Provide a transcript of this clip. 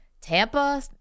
Tampa